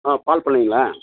ஆ பால் பண்ணைங்களா